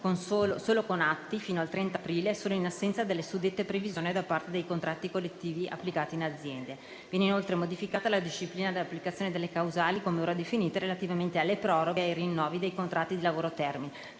solo con atti stipulati entro il 30 aprile 2024 e solo in assenza delle suddette previsioni da parte dei contratti collettivi applicati in azienda. Viene inoltre modificata la disciplina dell'applicazione delle causali - come ora ridefinite - relativamente alle proroghe e ai rinnovi dei contratti di lavoro a termine.